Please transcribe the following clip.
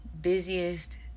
busiest